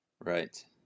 Right